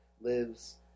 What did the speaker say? lives